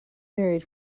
married